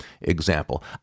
example